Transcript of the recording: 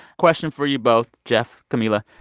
question for you both geoff, camila,